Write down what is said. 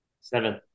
Seven